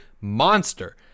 monster